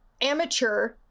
amateur